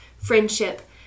friendship